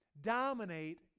dominate